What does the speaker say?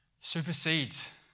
supersedes